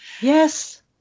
Yes